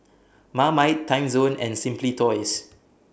Marmite Timezone and Simply Toys